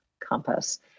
compass